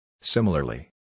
Similarly